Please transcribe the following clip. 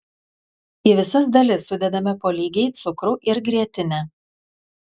į visas dalis sudedame po lygiai cukrų ir grietinę